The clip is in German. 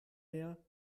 mehr